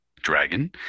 dragon